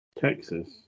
Texas